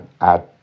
add